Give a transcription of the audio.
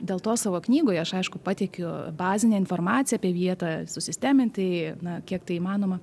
dėl to savo knygoj aš aišku pateikiu bazinę informaciją apie vietą susistemintai na kiek tai įmanoma